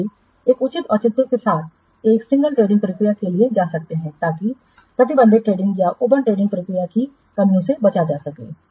इसलिए एक उचित औचित्य के साथ आप सिंगल टेंडरिंग प्रक्रिया के लिए जा सकते हैं ताकि प्रतिबंधित टेंडरिंग या ओपन टेंडरिंग प्रक्रिया की कमियों से बचा जा सके